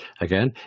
Again